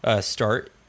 start